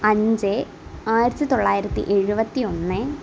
അഞ്ച് ആയിരത്തി തൊള്ളായിരത്തി എഴുപത്തി ഒന്ന്